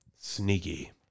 Sneaky